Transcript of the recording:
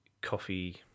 coffee